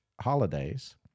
holidays